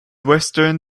western